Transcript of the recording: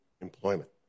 employment